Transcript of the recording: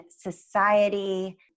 society